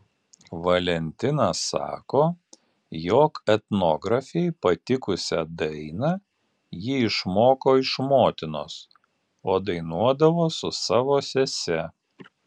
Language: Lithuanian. valentina sako jog etnografei patikusią dainą ji išmoko iš motinos o dainuodavo su savo sese